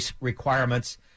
requirements